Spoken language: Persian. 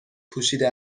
پوشیده